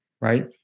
right